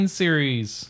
series